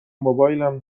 موبایلم